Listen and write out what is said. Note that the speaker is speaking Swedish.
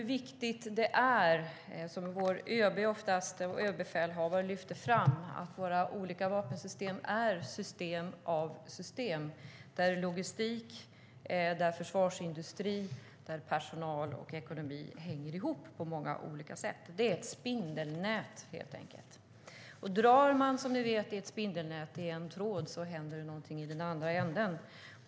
Jag vill lyfta fram det som vår överbefälhavare brukar framhålla, nämligen att våra olika vapensystem är system i ett system där logistik, försvarsindustri, personal och ekonomi på många olika sätt hänger ihop. Det är ett spindelnät, helt enkelt. Drar man i en tråd i ett spindelnät händer det, som ni vet, något i den andra änden.